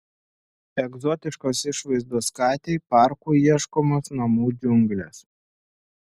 egzotiškos išvaizdos katei parku ieškomos namų džiunglės